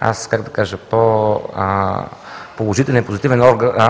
Аз, как да кажа, по-положителен, позитивен